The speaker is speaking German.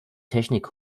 technik